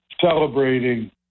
celebrating